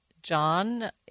John